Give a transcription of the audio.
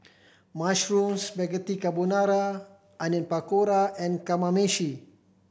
Mushroom Spaghetti Carbonara Onion Pakora and Kamameshi